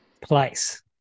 place